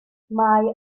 mae